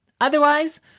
Otherwise